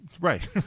right